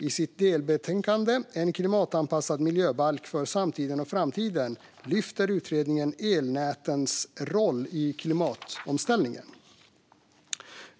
I sitt delbetänkande En klimatanpassad miljöbalk för samtiden och framtiden lyfter utredningen elnätens roll i klimatomställningen.